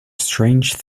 strange